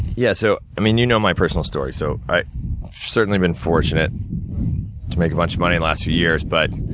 yeah, so, i mean, you know my personal story, so i've certainly been fortunate to make a bunch of money the and last few years. but,